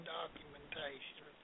documentation